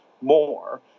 more